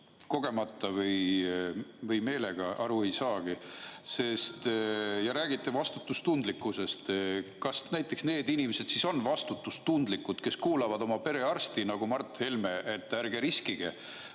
kogemata või meelega, aru ei saagi, ja räägite vastutustundlikkusest. Kas näiteks need inimesed on vastutustundlikud, kes kuulavad oma perearsti nagu Mart Helme, et ärge riskige